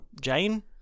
Jane